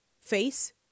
face